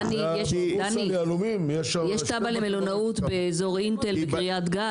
דני, יש תב"ע למלונאות באזורים של קריית גת.